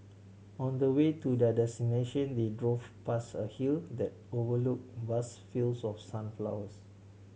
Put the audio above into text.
on the way to their destination they drove past a hill that overlook vast fields of sunflowers